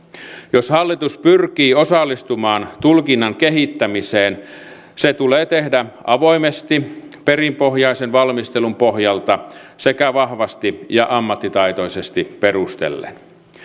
jos hallitus pyrkii osallistumaan tulkinnan kehittämiseen se tulee tehdä avoimesti perinpohjaisen valmistelun pohjalta sekä vahvasti ja ammattitaitoisesti perustellen